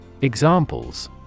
Examples